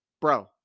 Bro